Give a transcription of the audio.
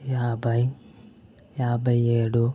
యాభై యాభై ఏడు